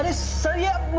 and so yeah